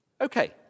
Okay